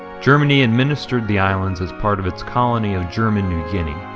germany administered the islands as part of its colony of german new guinea.